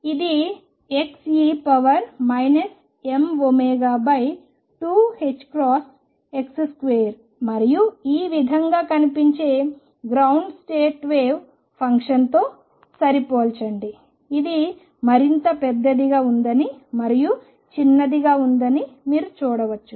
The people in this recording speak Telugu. ఇది xe mω2ℏx2 మరియు ఈ విధంగా కనిపించే గ్రౌండ్ స్టేట్ వేవ్ ఫంక్షన్తో సరిపోల్చండి ఇది మరింత పెద్దదిగా ఉందని మరియు చిన్నదిగా ఉందని మీరు చూడవచ్చు